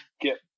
get